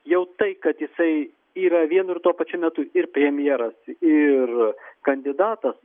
jau tai kad jisai yra vienu ir tuo pačiu metu ir premjeras ir kandidatas